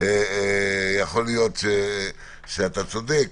יכול להיות שאתה צודק,